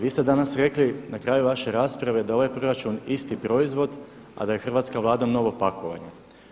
Vi ste danas rekli na kraju vaše rasprave da je ovaj proračun isti proizvod, a da je hrvatska Vlada novo pakovanje.